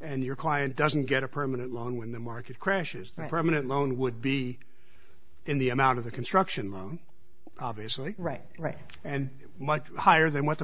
and your client doesn't get a permanent long when the market crashes no permanent loan would be in the amount of the construction loan obviously right right and much higher than what the